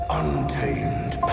untamed